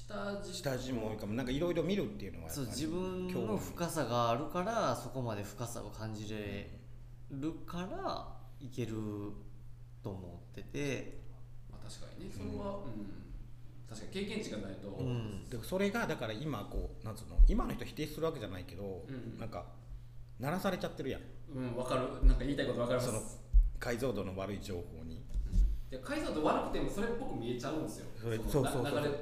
下地-下地も多いかも。なんか色々見るっていうのはやっぱりそう、自分の興味。深さがあるから、そこまで深さを感じれるから、いけると思ってて。まあ、確かにね。それは、うん。うん。確かに経験値がないと。うん。で、それがだから今こう、なんつうの、今の人否定するわけじゃないけど、うんうん。なんか、慣らされちゃってるやん。うん、わかる。なんか言いたいことわかります。その、解像度の悪い情報に。うん。で、解像度悪くてもそれっぽく見えちゃうんですよ。それ、その、そうそうそう。な- 流れてくから。